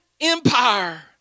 Empire